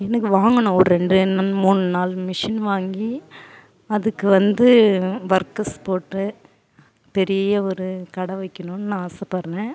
எனக்கு வாங்கணும் ஒரு ரெண்டு மூணு நாலு மிஷின் வாங்கி அதுக்கு வந்து வொர்க்கர்ஸ் போட்டு பெரிய ஒரு கடை வைக்கணும்னு நான் ஆசைப்பட்றேன்